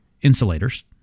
insulators